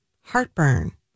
heartburn